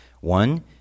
One